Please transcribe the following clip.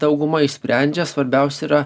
dauguma išsprendžia svarbiausia yra